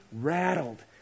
rattled